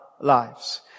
lives